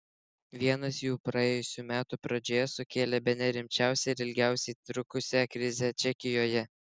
vienas jų praėjusių metų pradžioje sukėlė bene rimčiausią ir ilgiausiai trukusią krizę čekijoje